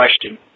question